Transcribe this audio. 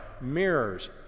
mirrors